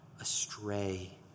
astray